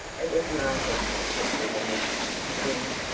it was marvellous how quickly the mist thinned,